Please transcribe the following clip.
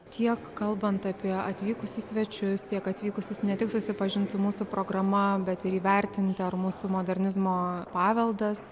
tiek kalbant apie atvykusius svečius tiek atvykusius ne tik susipažinti su mūsų programa bet ir įvertinti ar mūsų modernizmo paveldas